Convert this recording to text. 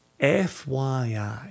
FYI